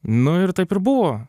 nu ir taip ir buvo